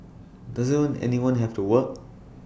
doesn't anyone have to work